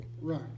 Right